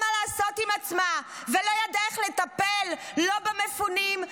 מה לעשות עם עצמה ולא ידעה איך לטפל לא במפונים,